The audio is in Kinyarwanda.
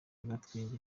agatwenge